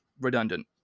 redundant